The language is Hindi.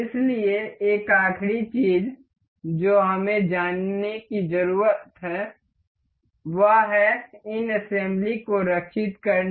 इसलिए एक आखिरी चीज जो हमें जानना जरूरी है वह है इन असेम्ब्ली को रक्षित करने